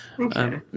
Okay